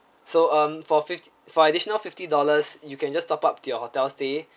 so um for fifty for additional fifty dollars you can just top up to your hotel stay